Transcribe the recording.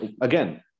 again